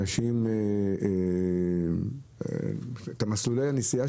אנשים מאריכים את דרכם וקובעים את מסלולי הנסיעה